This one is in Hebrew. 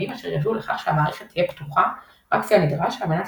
אשר יביאו לכך שהמערכת תהיה "פתוחה" רק כפי הנדרש על-מנת